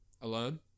alone